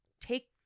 take